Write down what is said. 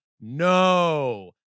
no